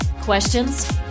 Questions